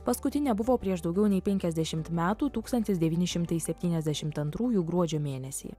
paskutinė buvo prieš daugiau nei penkiasdešimt metų tūkstantis devyni šimtai septyniasdešimt antrųjų gruodžio mėnesį